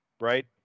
right